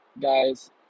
guys